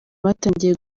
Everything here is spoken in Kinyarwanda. batangiye